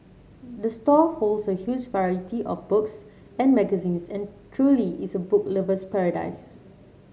the store holds a huge variety of books and magazines and truly is a book lover's paradise